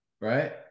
Right